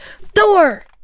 thor